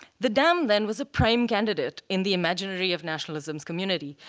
the dam, then, was a prime candidate in the imaginary of nationalism's community.